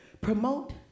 promote